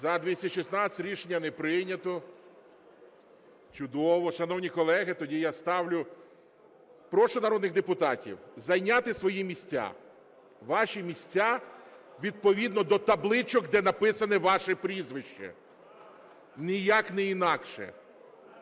За-216 Рішення не прийнято. Чудово. Шановні колеги, тоді я ставлю… Прошу народних депутатів зайняти свої місця, ваші місця відповідно до табличок, де написано ваше прізвище, ніяк не інакше.